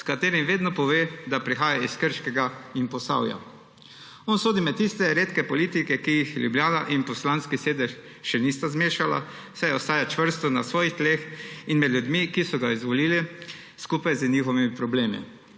s katerim vedno pove, da prihaja iz Krškega in Posavja. On sodi med tiste redke politike, ki jih Ljubljana in poslanski sedež še nista zmešala, saj ostaja čvrsto na svojih tleh in med ljudmi, ki so ga izvolili skupaj z njihovimi problemi.